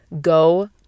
go